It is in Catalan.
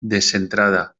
descentrada